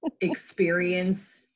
experience